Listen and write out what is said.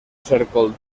cèrcol